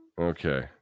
Okay